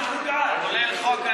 כולל חוק הלאום.